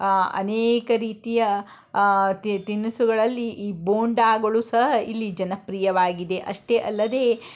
ಅನೇಕ ರೀತಿಯ ತಿ ತಿನಿಸುಗಳಲ್ಲಿ ಈ ಬೋಂಡಾಗಳೂ ಸಹ ಇಲ್ಲಿ ಜನಪ್ರಿಯವಾಗಿದೆ ಅಷ್ಟೆ ಅಲ್ಲದೇ